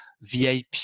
VIP